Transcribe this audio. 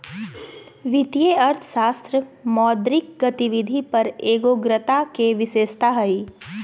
वित्तीय अर्थशास्त्र मौद्रिक गतिविधि पर एगोग्रता के विशेषता हइ